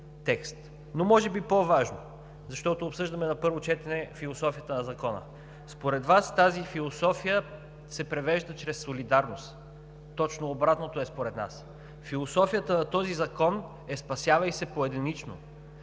Но може би по-важното, защото обсъждаме на първо четене философията на Закона, според Вас тази философия се провежда чрез солидарност, според нас е точно обратното. Философията на този Закон е: „спасявай се поединично“.